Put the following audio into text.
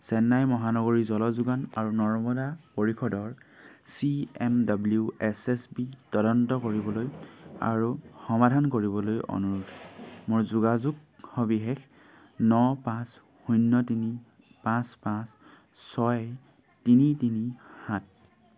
চেন্নাই মহানগৰী জল যোগান আৰু নৰ্দমা পৰিষদৰ C M W S S B তদন্ত কৰিবলৈ আৰু সমাধান কৰিবলৈ অনুৰোধ মোৰ যোগাযোগ সবিশেষ ন পাঁচ শূন্য তিনি পাঁচ পাঁচ ছয় তিনি তিনি সাত